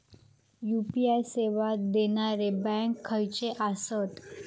UPI सेवा देणारे bank खयचे आसत?